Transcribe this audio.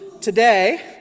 today